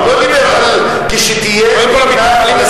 מה זה המתנחלים?